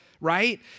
right